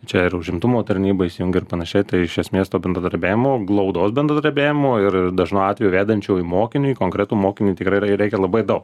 čia ir užimtumo tarnyba įsijungia ir panašiai tai iš esmės to bendradarbiavimo glaudaus bendradarbiavimo ir ir dažnu atveju vedančiu į mokinį į konkretų mokinį tikrai reikia labai dau